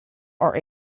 are